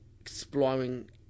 exploring